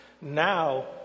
now